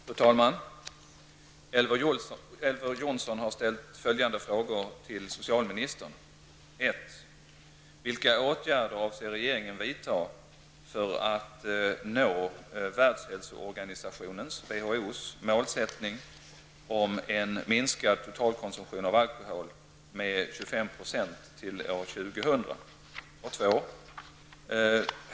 Fru talman! Elver Jonsson har ställt följande frågor till socialministern: målsättning om en minskad totalkonsumtion av alkohol med 25 % till år 2000? 2.